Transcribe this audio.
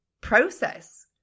process